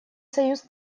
союз